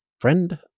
friend